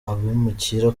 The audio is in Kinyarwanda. abimukira